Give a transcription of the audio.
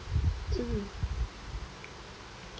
mm